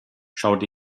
schaut